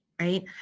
right